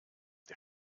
der